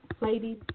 ladies